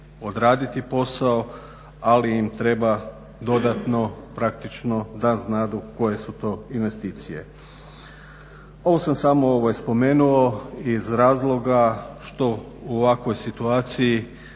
Ovo sam samo ovaj spomenuo iz razloga što u ovakvoj situaciji